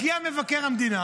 הגיע מבקר המדינה